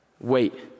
wait